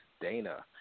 Dana